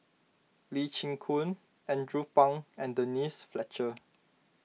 Lee Chin Koon Andrew Phang and Denise Fletcher